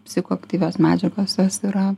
psichoaktyvios medžiagos jos yra